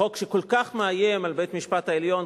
חוק שכל כך מאיים על בית-המשפט העליון,